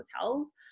hotels